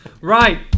Right